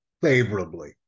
favorably